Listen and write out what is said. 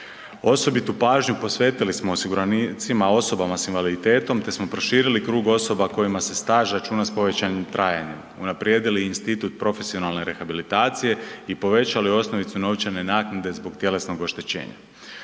Osobitu pažnju posvetili smo osiguranicima osobama s invaliditetom te smo proširili krug osoba kojima se staž računa s povećanim trajanjem, unaprijedili institut profesionalne rehabilitacije i povećali osnovicu novčane naknade zbog tjelesnog oštećenja.